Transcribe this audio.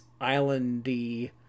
islandy